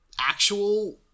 actual